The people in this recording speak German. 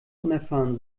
unerfahren